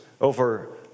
over